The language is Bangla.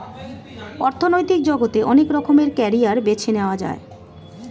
অর্থনৈতিক জগতে অনেক রকমের ক্যারিয়ার বেছে নেয়া যায়